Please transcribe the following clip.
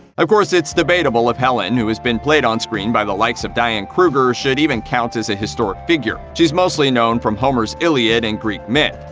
of course, it's debatable if helen, who's been played onscreen by the likes of diane kruger, should even count as a historic figure. she's mostly known from homer's iliad and greek myth.